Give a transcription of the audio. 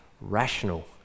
rational